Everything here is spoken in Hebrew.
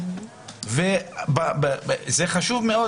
חשוב מאוד